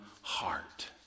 heart